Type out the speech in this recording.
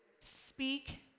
Speak